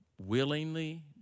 willingly